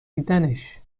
دیدنش